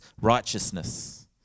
righteousness